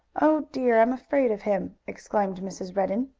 oh dear! i'm afraid of him! exclaimed mrs. redden.